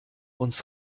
uns